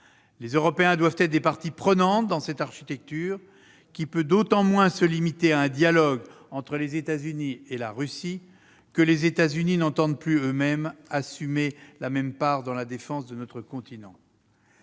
Les Européens doivent être parties prenantes à cette architecture, qui peut d'autant moins se limiter à un dialogue entre les États-Unis et la Russie que les États-Unis n'entendent plus assumer la même part dans la défense de notre continent.